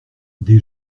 des